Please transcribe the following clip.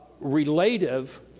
relative